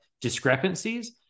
discrepancies